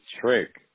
trick